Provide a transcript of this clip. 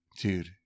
dude